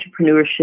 Entrepreneurship